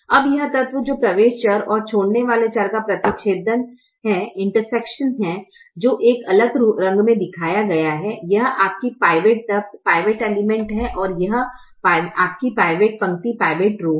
अब यह तत्व जो प्रवेश चर और छोड़ने वाले चर का प्रतिच्छेदन है जो एक अलग रंग में दिखाया गया है यह आपकी पिवोट तत्व है और यह पंक्ति आपकी पिवोट पंक्ति है